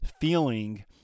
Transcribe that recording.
feeling